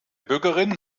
bürgerinnen